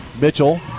Mitchell